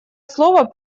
слово